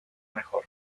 mejor